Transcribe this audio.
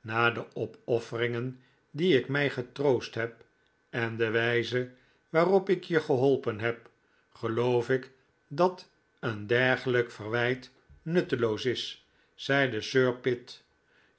na de opofferingen die ik mij getroost heb en de wijze waarop ik je geholpen heb geloof ik dat een dergelijk verwijt nutteloos is zeide sir pitt